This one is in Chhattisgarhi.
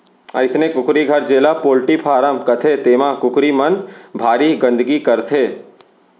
अइसने कुकरी घर जेला पोल्टी फारम कथें तेमा कुकरी मन भारी गंदगी करथे